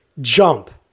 jump